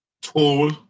Tall